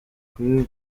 kuri